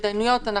סובייקטיביות.